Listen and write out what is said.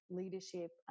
leadership